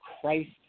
Christ